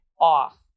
off